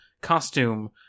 costume